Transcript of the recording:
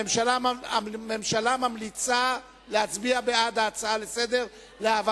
הממשלה ממליצה להצביע בעד ההצעה לסדר-היום,